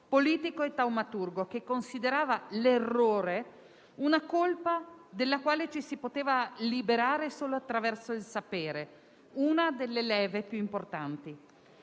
politico e taumaturgo che considerava l'errore una colpa della quale ci si poteva liberare solo attraverso il sapere, una delle leve più importanti.